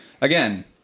again